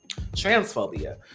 Transphobia